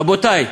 רבותי,